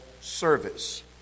service